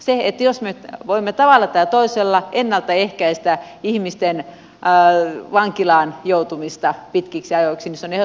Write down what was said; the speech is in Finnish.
se jos me voimme tavalla tai toisella ennalta ehkäistä ihmisten vankilaan joutumista pitkiksi ajoiksimisen ja